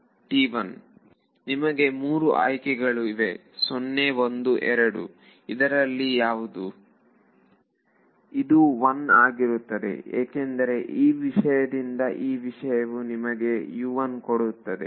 ವಿದ್ಯಾರ್ಥಿ ನಿಮಗೆ 3 ಆಯ್ಕೆಗಳು ಇವೆ 0 1 2 ಇದರಲ್ಲಿ ಯಾವುದು ಇದು 1 ಆಗಿರುತ್ತದೆ ಏಕೆಂದರೆ ಈ ವಿಷಯದಿಂದ ಈ ವಿಷಯವು ನಿಮಗೆ ಕೊಡುತ್ತದೆ